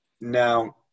Now –